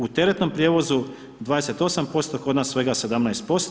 U teretnom prijevozu 28%, kod nas svega 17%